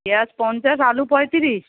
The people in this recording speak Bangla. পেঁয়াজ পঞ্চাশ আলু পঁয়তিরিশ